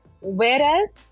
Whereas